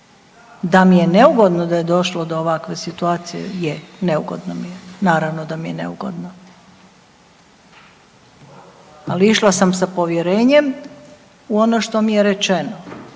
Da mi je neugodno da je došlo do ovakve situacije, je, neugodno mi je, naravno da mi je neugodno, ali išla sam sa povjerenjem u ono što mi je rečeno,